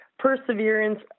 perseverance